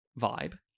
vibe